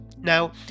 Now